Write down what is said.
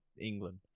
England